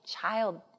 child